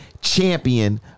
champion